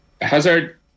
Hazard